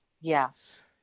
Yes